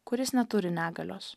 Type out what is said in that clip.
kuris neturi negalios